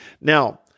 Now